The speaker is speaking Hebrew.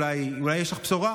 אולי יש לך בשורה.